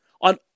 on